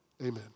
Amen